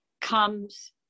comes